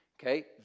Okay